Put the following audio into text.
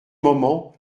moment